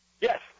Yes